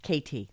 KT